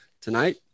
Tonight